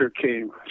came